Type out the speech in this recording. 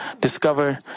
discover